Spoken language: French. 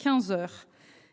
15h,